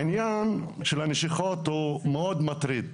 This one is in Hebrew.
העניין של הנשיכות הוא מאוד מטריד.